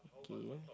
okay